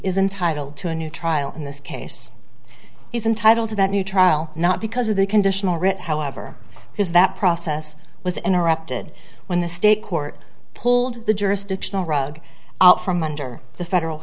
is entitled to a new trial in this case he's entitled to that new trial not because of a conditional writ however is that process was interrupted when the state court pulled the jurisdictional rug out from under the federal